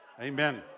Amen